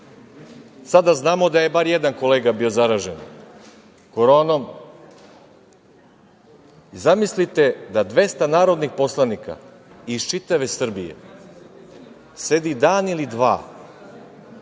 sada znamo da je bar jedan kolega bio zaražen Koronom, zamislite da 200 narodnih poslanika iz čitave Srbije sedi dan ili dva